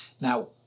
Now